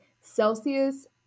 Celsius